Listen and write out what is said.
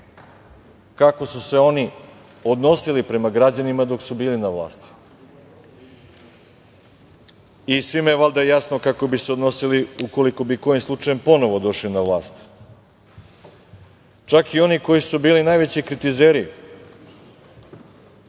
kako su se oni odnosili prema građanima dok su bili na vlasti. Svima je valjda jasno kako bi se odnosili ukoliko bi kojim slučajem ponovo došli na vlast. Čak i oni koji su bili najviše kritizeri